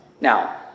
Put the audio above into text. Now